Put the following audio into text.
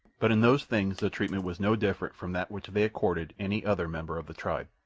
but in those things the treatment was no different from that which they accorded any other member of the tribe.